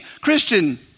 Christian